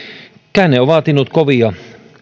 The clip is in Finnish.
käänne on vaatinut kovia